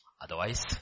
Otherwise